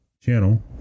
channel